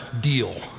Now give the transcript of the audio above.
deal